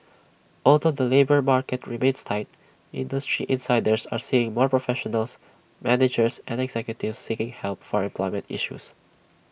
although the labour market remains tight industry insiders are seeing more professionals managers and executives seeking help for employment issues